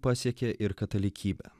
pasiekė ir katalikybę